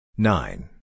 Nine